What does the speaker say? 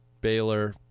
Baylor